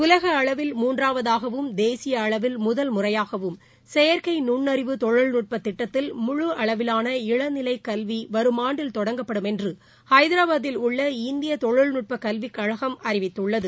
உலக அளவில் மூன்றாவதாகவும் தேசிய அளவில் முதல் முறையாகவும் செயற்கை நுண்ணறிவு தொழில்நுட்ப திட்டத்தில் முழு அளவிலான இளநிலை கல்வி வரும் ஆண்டில் தொடங்கப்படும் என்று ஹைதராபாத்தில் உள்ள இந்திய தொழில்நுட்ப கல்விக்கழகம் அறிவித்துள்ளது